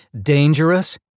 dangerous